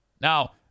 Now